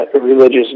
religious